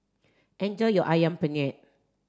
enjoy your ayam penyet